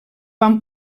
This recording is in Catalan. van